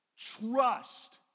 trust